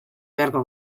beharko